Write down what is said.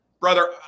Brother